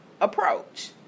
approach